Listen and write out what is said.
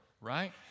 right